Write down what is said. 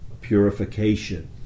purification